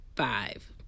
five